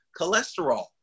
cholesterol